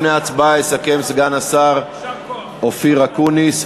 את הדיון לפני ההצבעה יסכם סגן השר אופיר אקוניס,